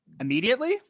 Immediately